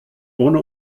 ohne